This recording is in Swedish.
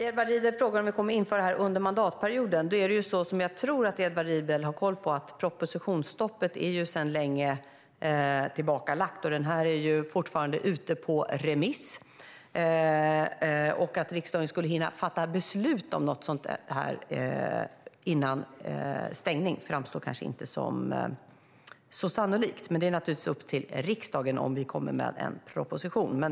Fru talman! Edward Riedl frågar om vi kommer att införa det här under mandatperioden. Jag tror att Edward Riedl har koll på att vi sedan lång tid tillbaka har propositionsstoppet bakom oss. Det här är ju fortfarande ute på remiss. Att riksdagen skulle hinna fatta beslut om något sådant här före stängning framstår kanske inte som så sannolikt. Men om vi kommer med en proposition är det naturligtvis upp till riksdagen.